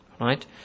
right